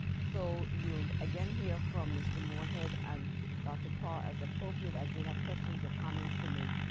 so you'll again hear from mr. moore head and doctor parr as appropriate as they have questions or comments to make.